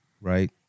right